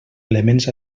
elements